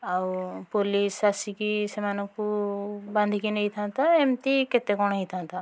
ଆଉ ପୋଲିସ୍ ଆସିକି ସେମାନଙ୍କୁ ବାନ୍ଧିକି ନେଇଥାଆନ୍ତା ଏମିତି କେତେ କ'ଣ ହୋଇଥାନ୍ତା